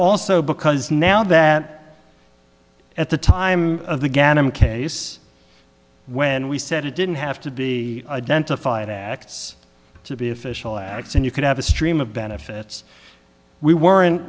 also because now that at the time of the ghanim case when we said it didn't have to be identified acts to be official acts and you could have a stream of benefits we weren't